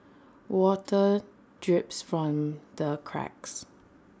water drips from the cracks